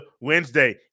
Wednesday